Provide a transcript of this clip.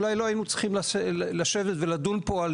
אולי לא היינו צריכים לשבת ולדון פה על